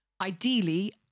Ideally